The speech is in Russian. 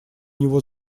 него